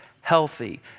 healthy